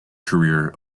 career